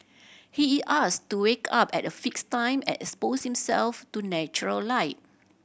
he is asked to wake up at a fixed time and expose himself to natural light